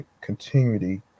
continuity